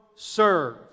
serve